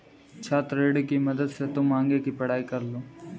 छात्र ऋण की मदद से तुम आगे की पढ़ाई कर लो